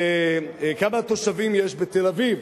כמה תושבים יש בתל-אביב?